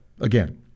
again